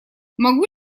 могу